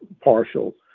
partial